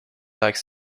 like